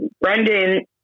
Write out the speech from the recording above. Brendan